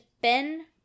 Ben